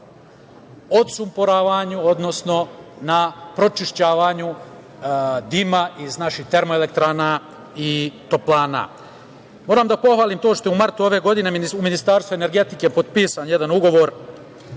na odsumporavanju, odnosno na pročišćavanju dima iz naših termoelektrana i toplana. Moram da pohvalim to što je u martu ove godine u Ministarstvu energetike potpisan jedan ugovor